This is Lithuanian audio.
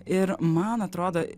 ir man atrodo